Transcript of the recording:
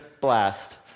blast